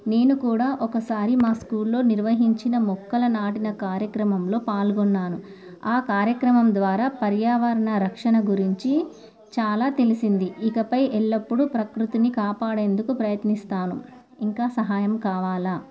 నేను కూడా ఒకసారి మా స్కూల్లో నిర్వహించిన మొక్కలు నాటిన కార్యక్రమంలో పాల్గొన్నాను ఆ కార్యక్రమం ద్వారా పర్యావరణ రక్షణ గురించి చాలా తెలిసింది ఇకపై ఎల్లప్పుడూ ప్రకృతిని కాపాడేందుకు ప్రయత్నిస్తాను ఇంకా సహాయం కావాలా